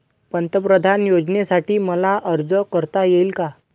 पंतप्रधान योजनेसाठी मला अर्ज करता येईल का?